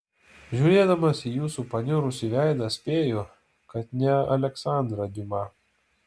žiūrėdamas į jūsų paniurusį veidą spėju kad ne aleksandrą diuma